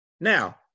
Now